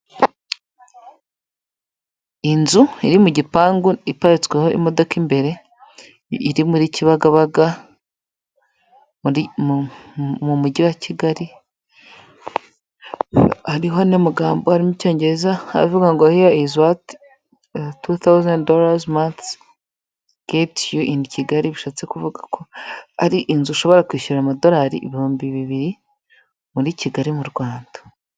Inzu iri mu gipangu iparitsweho imodoka imbere iri muri kibagaba mu mujyi wa kigali ariho ni mugambo arimo icyongereza havuga ngo hiya izi tu fawuzanti dorazi geri yu ini kigali bishatse kuvuga ko ari inzu ushobora kwishyura amadolari 2000 muri kigali mu rwanda.